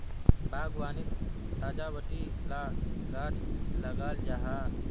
बाग्वानित सजावटी ला गाछ लगाल जाहा